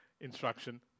instruction